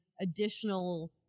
additional